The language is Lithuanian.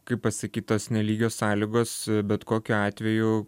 kaip pasakyt tos nelygios sąlygos bet kokiu atveju